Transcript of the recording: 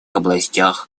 областях